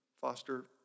foster